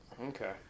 Okay